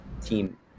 team